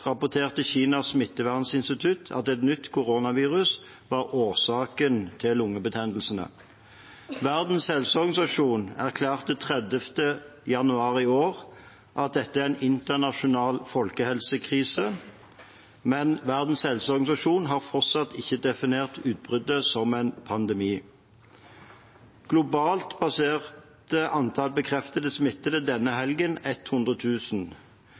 rapporterte Kinas smitteverninstitutt at et nytt koronavirus var årsaken til lungebetennelsene. Verdens helseorganisasjon erklærte den 30. januar i år at dette er en internasjonal folkehelsekrise, men Verdens helseorganisasjon har fortsatt ikke definert utbruddet som en pandemi. Globalt passerte antall bekreftede smittede denne helgen